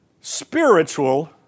Spiritual